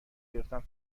گرفتم